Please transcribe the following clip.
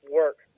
work